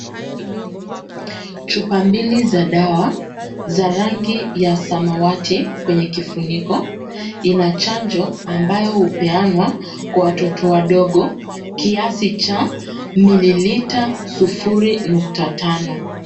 Chupa mbili za dawa, za rangi ya samawati kwenye kifuniko. Ina chanjo ambayo hupeanwa kwa watoto wadogo, kiasi cha mililita sufuri nukta tano.